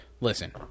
listen